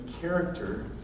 character